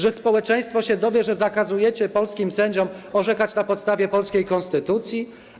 Że społeczeństwo się dowie, że zakazujecie polskim sędziom orzekać na podstawie polskiej konstytucji?